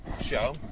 show